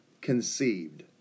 conceived